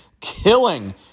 killing